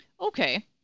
Okay